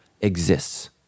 exists